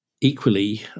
equally